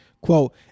Quote